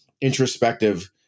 introspective